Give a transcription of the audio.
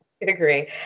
agree